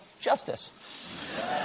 justice